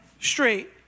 straight